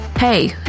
Hey